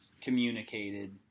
communicated